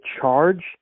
charge